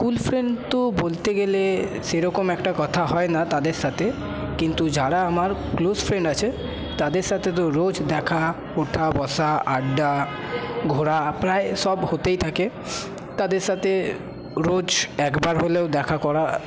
school friend তো বলতে গেলে সেরকম একটা কথা হয় না তাদের সাথে কিন্তু যারা আমার ক্লোজ ফ্রেন্ড আছে তাদের সাথে তো রোজ দেখা উঠা বসা আড্ডা ঘোরা প্রায় সব হতেই থাকে তাদের সাথে রোজ একবার হলেও দেখা করা